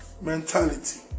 mentality